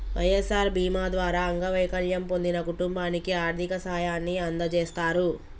వై.ఎస్.ఆర్ బీమా ద్వారా అంగవైకల్యం పొందిన కుటుంబానికి ఆర్థిక సాయాన్ని అందజేస్తారు